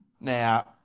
Now